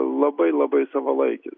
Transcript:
labai labai savalaikis